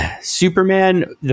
Superman